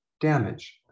damage